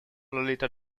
lolita